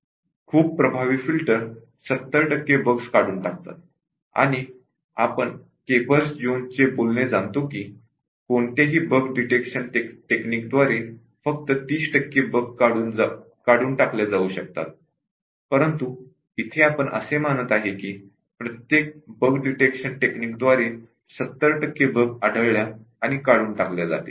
खूप प्रभावी फिल्टर 70 टक्के बग्स काढून टाकतात आणि आपण केपर्स जोन चे बोलणे जाणतो की कोणत्याही बग डिटेक्शन टेक्निकद्वारे फक्त ३० टक्के बग्स काढून टाकल्या जाऊ शकतात परंतु इथे आपण असे मानत आहे कि प्रत्येक बग डिटेक्शन टेक्निकद्वारे ७० टक्के बग्स आढळल्या आणि काढून टाकल्या जातील